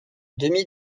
demi